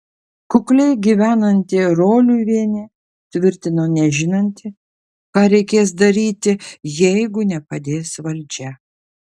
kukliai gyvenanti roliuvienė tvirtino nežinanti ką reikės daryti jeigu nepadės valdžia